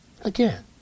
Again